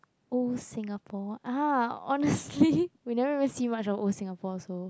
old Singapore ah honestly we never ever see much of old Singapore also